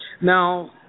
Now